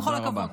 בכל הכבוד.